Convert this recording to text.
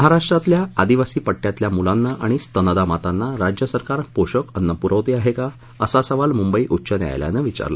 महाराष्ट्रातल्या आदिवासी पट्टयातल्या मुलांना आणि स्तन्यदा मातांना राज्य सरकार पोषक अन्न पुरवते आहे का असा सवाल मुंबई उच्च न्यायालयानं विचारला